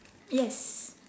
yes